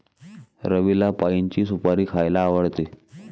रवीला पाइनची सुपारी खायला आवडते